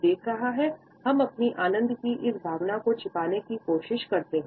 देख रहा है हम अपनी आनंद की इस भावना को छिपाने की कोशिश करते हैं